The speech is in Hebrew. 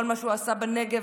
כל מה שהוא עשה בנגב,